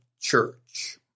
church